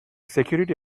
security